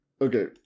Okay